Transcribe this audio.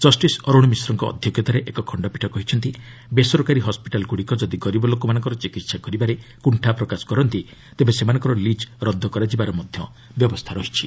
justice Arun ମିଶ୍ରଙ୍କ ଅଧ୍ୟକ୍ଷତାରେ ଏକ ଖଶ୍ଚପୀଠ କହିଛନ୍ତି ବେସରକାରୀ ହସ୍ୱିଟାଲ୍ଗୁଡ଼ିକ ଯଦି ଗରିବ ଲୋକମାନଙ୍କର ଚିକିତ୍ସା କରିବାରେ କୁଷ୍ଠା ପ୍ରକାଶ କରନ୍ତି ତେବେ ସେମାନଙ୍କର ଲିଜ୍ ରଦ୍ଦ କରାଯିବାର ବ୍ୟବସ୍ଥା ରହିଛି